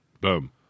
Boom